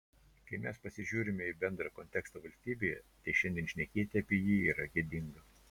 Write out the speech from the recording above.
kai mes pasižiūrime į bendrą kontekstą valstybėje tai šiandien šnekėti apie jį yra gėdinga